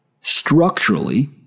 structurally